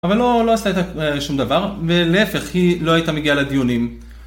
אבל לא עשית שום דבר ולהפך היא לא הייתה מגיעה לדיונים.